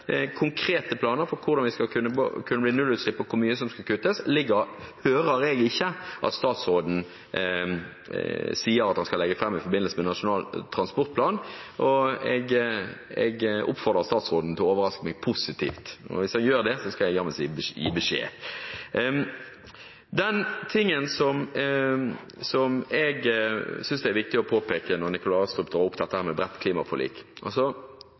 Konkrete planer for hvordan vi skal kunne bli et nullutslippssamfunn, og hvor mye som skal kuttes, hører jeg ikke at statsråden sier at han skal legge fram i forbindelse med Nasjonal transportplan, og jeg oppfordrer statsråden til å overraske meg positivt. Hvis han gjør det, så skal jeg jammen gi beskjed. Den tingen som jeg synes det er viktig å påpeke når Nikolai Astrup drar opp dette her med bredt klimaforlik,